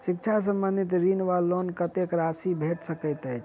शिक्षा संबंधित ऋण वा लोन कत्तेक राशि भेट सकैत अछि?